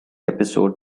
episode